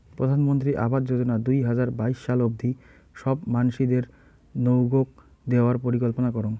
প্রধানমন্ত্রী আবাস যোজনা দুই হাজার বাইশ সাল অব্দি সব মানসিদেরনৌগউ দেওয়ার পরিকল্পনা করং